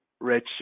rich